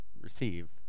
receive